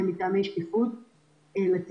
מטעמים של שקיפות לציבור.